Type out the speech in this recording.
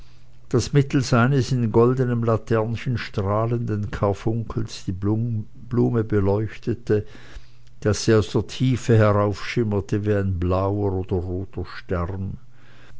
das mittelst eines in goldenem laternchen strahlenden karfunkels die blume beleuchtete daß sie aus der tiefe heraufschimmerte wie ein blauer oder roter stern